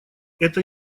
это